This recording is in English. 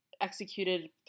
executed